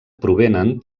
provenen